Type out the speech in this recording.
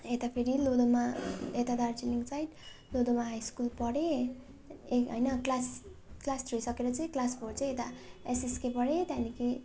यता फेरि लोधोमा यता दार्जिलिङ साइड लोधोमा हाई स्कुल पढेँ ए होइन क्लास क्लास थ्री सकेर चाहिँ क्लास फोर चाहिँ यता एसएसके पढेँ त्यहाँदेखि